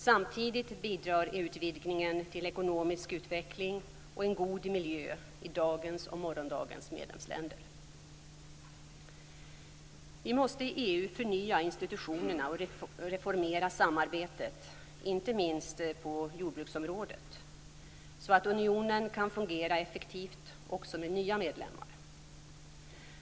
Samtidigt bidrar EU utvidgningen till ekonomisk utveckling och en god miljö i dagens och morgondagens medlemsländer. Vi måste i EU förnya institutionerna och reformera samarbetet - inte minst på jordbruksområdet - så att unionen kan fungera effektivt också med nya medlemmar.